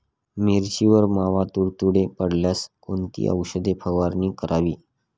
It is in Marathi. मिरचीवर मावा, तुडतुडे पडल्यास कोणती औषध फवारणी करावी?